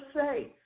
safe